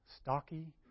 stocky